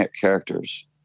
characters